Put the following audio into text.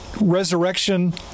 resurrection